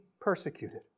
persecuted